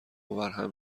وبرهم